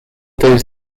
those